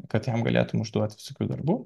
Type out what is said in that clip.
kad jam galėtum užduot visokių darbų